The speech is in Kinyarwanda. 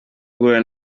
guhura